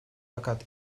fakat